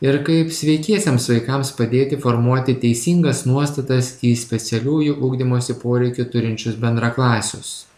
ir kaip sveikiesiems vaikams padėti formuoti teisingas nuostatas į specialiųjų ugdymosi poreikių turinčius bendraklasius